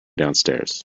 downstairs